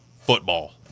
football